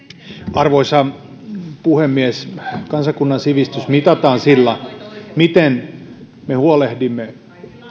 arvoisa puhemies kansakunnan sivistys mitataan sillä miten me huolehdimme